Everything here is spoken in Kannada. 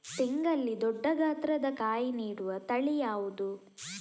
ತೆಂಗಲ್ಲಿ ದೊಡ್ಡ ಗಾತ್ರದ ಕಾಯಿ ನೀಡುವ ತಳಿ ಯಾವುದು?